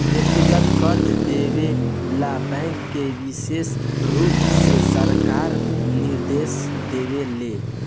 व्यक्तिगत कर्जा देवे ला बैंक के विशेष रुप से सरकार निर्देश देवे ले